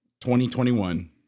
2021